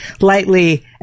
lightly